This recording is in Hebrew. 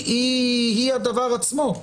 היא הדבר עצמו.